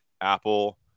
Apple